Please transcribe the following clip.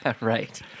Right